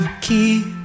keep